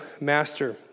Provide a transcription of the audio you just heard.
master